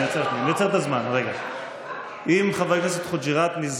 אם אתה מבקש להתנגד